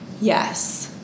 Yes